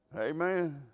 Amen